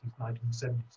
1970s